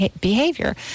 behavior